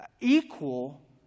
equal